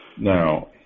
Now